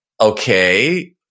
okay